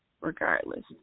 regardless